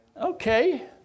Okay